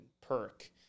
Perk